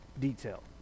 detail